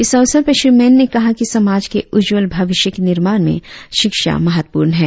इस अवसर पर श्री मैन ने कहा कि समाज के उज्जवल भविष्य की निर्माण में शिक्षा महत्वपूर्ण है